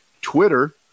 Twitter